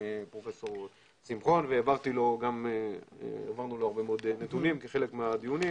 פרופסור שמחון והעברנו לו הרבה מאוד נתונים כחלק מהדיונים